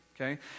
okay